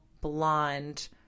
blonde